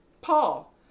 Paul